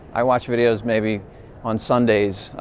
i watch videos maybe on sundays,